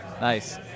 Nice